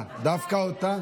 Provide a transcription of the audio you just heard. דווקא אותה?